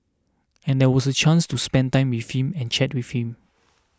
and that was a chance to spend time with him and chat with him